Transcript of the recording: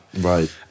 Right